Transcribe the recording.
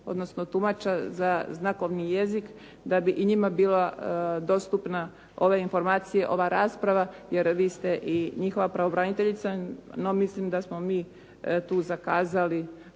odnosno tumača za znakovni jezik da bi i njima bile dostupne ove informacije, ova rasprava jer vi ste i njihova pravobraniteljica no mislim da smo mi tu zakazali